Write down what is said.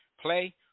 Play